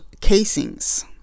casings